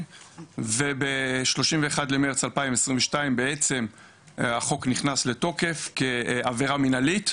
וב-31 במרץ 2021 החוק נכנס לתוקף כעבירה מנהלית,